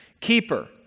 keeper